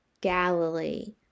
Galilee